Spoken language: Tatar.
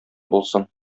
булсын